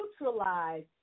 neutralize